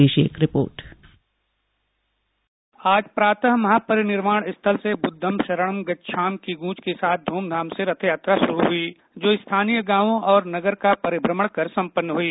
पेश है एक रिपोर्ट आज प्रातः महापरिनिर्वाण स्थल से बुद्धम शरणम गच्छामि की गूंज के साथ धूमधाम से रथ यात्रा शुरू हुई जो स्थानीय गांवों और नगर का परिभ्रमण कर संपन्न हुई